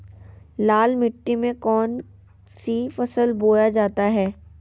लाल मिट्टी में कौन सी फसल बोया जाता हैं?